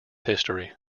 history